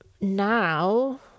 now